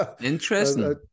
interesting